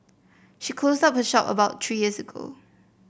she closed her shop about three years ago